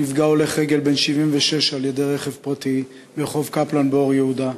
נפגע הולך רגל בן 76 על-ידי רכב פרטי ברחוב קפלן באור-יהודה,